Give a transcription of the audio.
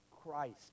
christ